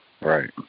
Right